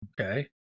Okay